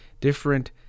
different